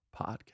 podcast